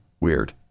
Weird